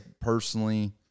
personally